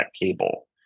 cable